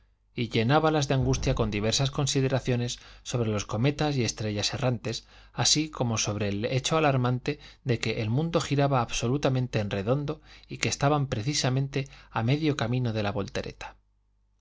y llenábalas de angustia con diversas consideraciones sobre los cometas y estrellas errantes así como sobre el hecho alarmante de que el mundo giraba absolutamente en redondo y que estaban precisamente a medio camino de la voltereta